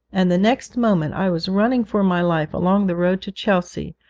and the next moment i was running for my life along the road to chelsea,